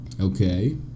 Okay